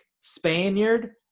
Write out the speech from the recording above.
Spaniard